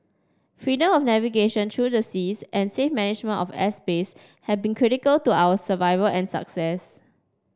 freedom of navigation through the seas and safe management of airspace have been critical to our survival and success